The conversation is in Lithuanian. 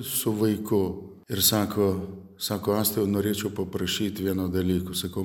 su vaiku ir sako sako astijau norėčiau paprašyt vieno dalyko sakau